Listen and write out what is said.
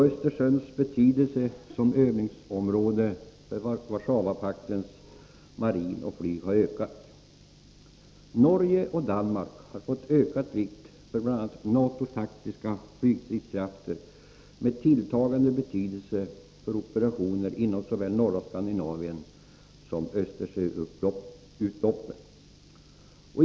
Östersjöns betydelse som övningsområde för Warszawapaktens marin och flyg har ökat. Norge och Danmark har fått ökad vikt för bl.a. NATO:s taktiska flygstridskrafter med tilltagande betydelse för operationer inom såväl norra Skandinavien som Östersjöutloppen.